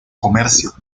comercio